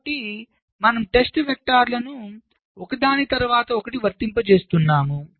కాబట్టి మనము టెస్ట్ వెక్టర్లను ఒకదాని తరువాత ఒకటి వర్తింపజేస్తున్నాము